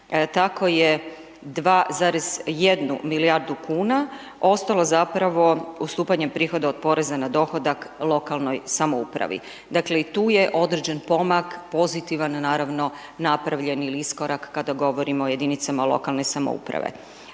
tako je 2,1 milijardu kuna, ostalo zapravo ustupanje prihoda od poreza na dohodak lokalnoj samoupravi. Dakle, i tu je određen pomak, pozitivno naravno napravljen ili iskorak kada govorimo o jedinicama lokalne samouprave.